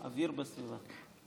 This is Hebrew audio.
"אוויר בסביבה".